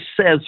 says